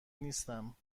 نیستم